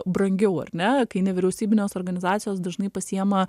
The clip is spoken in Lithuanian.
brangiau ar ne kai nevyriausybinės organizacijos dažnai pasiima